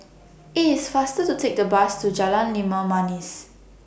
IT IS faster to Take A Bus to Jalan Limau Manis